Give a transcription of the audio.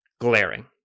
glaring